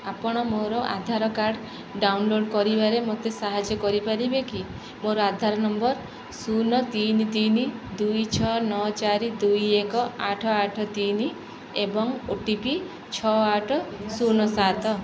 ଆପଣ ମୋର Aadhaar card download କରିବାରେ ମୋତେ ସାହାଯ୍ୟ କରିପାରିବେ କି ମୋର ଆଧାର୍ ନମ୍ବର ଶୂନ ତିନି ତିନି ଦୁଇ ଛଅ ନଅ ଚାରି ଦୁଇ ଏକ ଆଠ ଆଠ ତିନି ଏବଂ ଓ ଟି ପି ଛଅ ଆଠ ଶୂନ ସାତ